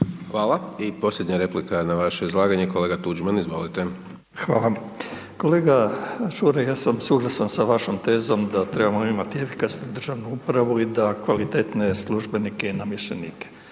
I posljednja replika na vaše izlaganje, kolega Tuđman izvolite. **Tuđman, Miroslav (HDZ)** Hvala, kolega Ćuraj ja sam suglasan sa vašom tezom da trebamo imati efikasnu državnu upravu i da kvalitetne službenike i namještenike.